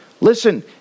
Listen